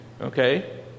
Okay